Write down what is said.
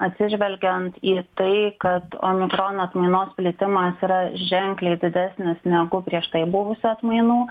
atsižvelgiant į tai kad omikrono atmainos plitimas yra ženkliai didesnis negu prieš tai buvusių atmainų